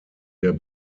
der